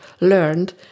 learned